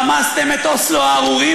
רמסתם את הסכמי אוסלו הארורים,